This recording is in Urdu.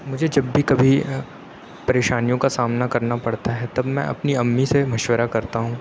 مجھے جب بھی کبھی پریشانیوں کا سامنا کرنا پڑتا ہے تب میں اپنی امّی سے مشورہ کرتا ہوں